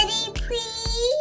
please